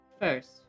first